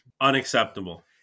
unacceptable